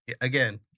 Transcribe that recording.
Again